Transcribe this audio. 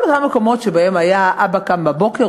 כל אותם המקומות שבהם היה: אבא קם בבוקר,